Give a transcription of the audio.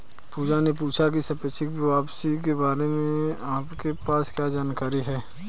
पूजा ने पूछा की सापेक्ष वापसी के बारे में आपके पास क्या जानकारी है?